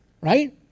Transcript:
Right